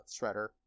Shredder